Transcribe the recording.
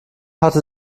hatte